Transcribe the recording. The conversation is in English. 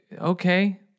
okay